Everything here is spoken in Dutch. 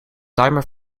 timer